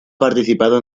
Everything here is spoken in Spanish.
participado